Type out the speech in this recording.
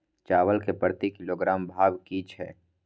चावल के प्रति किलोग्राम भाव की छै?